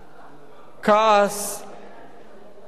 כעס וטראומה,